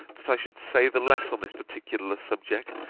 that i should say the less on this particular subject,